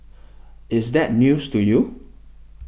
is that news to you